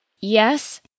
Yes